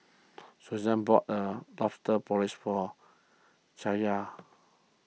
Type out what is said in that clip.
Susann bought a Lobster Porridge for Chaya